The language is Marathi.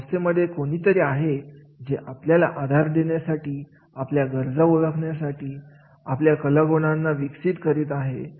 संस्थेमध्ये कोणीतरी आहे जेआपल्याला आधार देण्यासाठी आपल्या गरजा ओळखत आहे आपल्या कलागुणांना विकसित करीत आहे